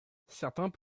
certains